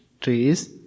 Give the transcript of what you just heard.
trees